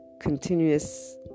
continuous